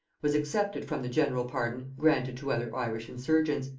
was excepted from the general pardon granted to other irish insurgents,